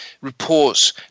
reports